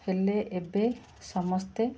ହେଲେ ଏବେ ସମସ୍ତେ